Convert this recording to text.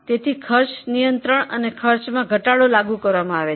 તેથી ખર્ચ નિયંત્રણ અને ખર્ચમાં ઘટાડો લાગુ કરવામાં આવે છે